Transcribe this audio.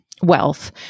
wealth